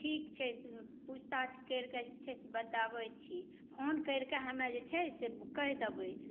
ठीक छै पूछताछ करिके जे चाही से बताबै छी फोन करिके हमे जे छै से कहि देबै